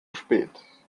spät